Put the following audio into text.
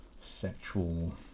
sexual